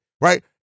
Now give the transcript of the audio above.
right